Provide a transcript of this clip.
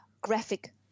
graphic